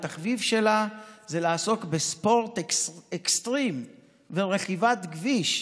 התחביב שלה זה לעסוק בספורט אקסטרים ורכיבת כביש.